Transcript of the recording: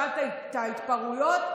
כשהיו התפרעויות,